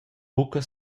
buca